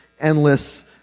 endless